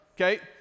okay